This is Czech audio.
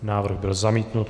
Návrh byl zamítnut.